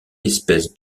espèces